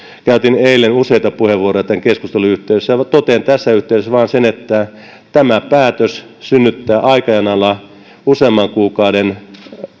käytin eilen useita puheenvuoroja tämän keskustelun yhteydessä ja totean tässä yhteydessä vain sen että tämä päätös synnyttää aikajanalla useamman kuukauden